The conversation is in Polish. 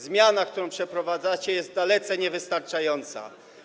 Zmiana, którą przeprowadzacie, jest dalece niewystarczająca.